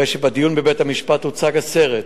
הרי שבדיון בבית-המשפט הוצג הסרט,